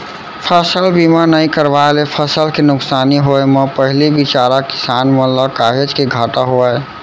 फसल बीमा नइ करवाए ले फसल के नुकसानी होय म पहिली बिचारा किसान मन ल काहेच के घाटा होय